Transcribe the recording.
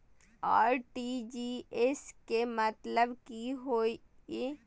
RTGS के मतलब की होय ये?